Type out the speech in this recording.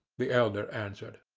the elder answered.